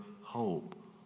hope